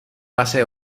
base